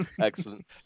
Excellent